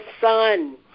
Son